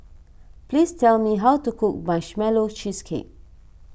please tell me how to cook Marshmallow Cheesecake